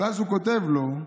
אז הוא כותב לו,